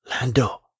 Lando